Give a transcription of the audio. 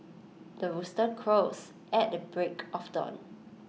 the rooster crows at the break of dawn